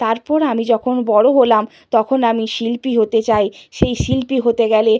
তারপর আমি যখন বড় হলাম তখন আমি শিল্পী হতে চাই সেই শিল্পী হতে গেলে